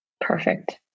Perfect